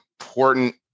important